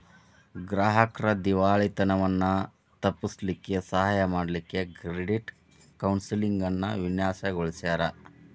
ಗ್ರಾಹಕ್ರ್ ದಿವಾಳಿತನವನ್ನ ತಪ್ಪಿಸ್ಲಿಕ್ಕೆ ಸಹಾಯ ಮಾಡ್ಲಿಕ್ಕೆ ಕ್ರೆಡಿಟ್ ಕೌನ್ಸೆಲಿಂಗ್ ಅನ್ನ ವಿನ್ಯಾಸಗೊಳಿಸ್ಯಾರ್